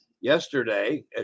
yesterday